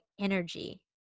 energy